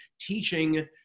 teaching